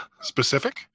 specific